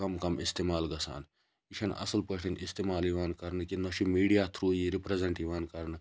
کم کم اِستعمال گَژھان یہِ چھنہٕ اصل پٲٹھۍ اِستعمال یِوان کَرنہٕ کینٛہہ نہَ چھ میٖڈیا تھروٗ یہِ رٕپریٚزیٚنٹ یِوان کَرنہٕ